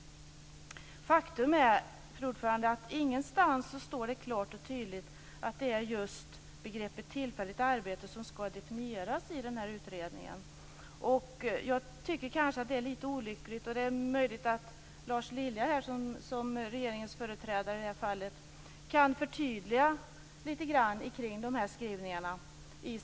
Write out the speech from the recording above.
Fru talman! Faktum är att det ingenstans står klart och tydligt att det är just begreppet "tillfälligt arbete" som skall definieras i den här utredningen. Jag tycker att det är lite olyckligt. Det är möjligt att Lars Lilja, som är regeringens talesman, i sitt anförande kan förtydliga de här skrivningarna.